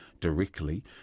directly